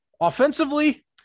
offensively